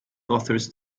authors